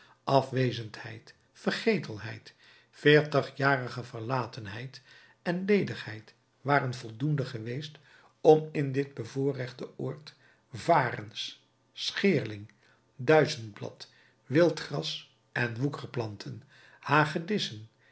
afwezendheid vergetelheid veertigjarige verlatenheid en ledigheid waren voldoende geweest om in dit bevoorrechte oord varens scheerling duizendblad wild gras en woekerplanten hagedissen